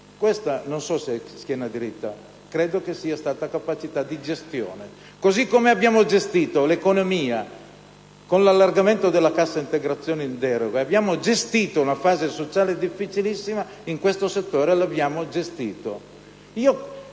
questa sia schiena dritta, ma credo che sia stata capacità di gestione. Così come abbiamo gestito l'economia con l'allargamento della cassa integrazione in deroga: abbiamo gestito una fase sociale difficilissima in questo settore. Capisco che il